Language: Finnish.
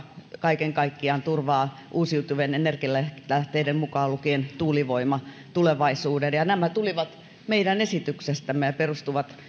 kaiken kaikkiaan turvaa uusiutuvien energianlähteiden mukaan lukien tuulivoima tulevaisuuden nämä tulivat meidän esityksestämme ja perustuvat